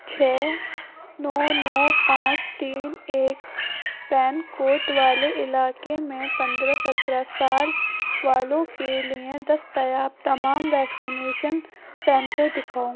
چھ نو نو پانچ تین ایک پین کوٹ والے علاقے میں پندرہ سترہ سال والوں کے لیے دستیاب تمام ویکسینیشن سنٹر دکھاؤ